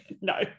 No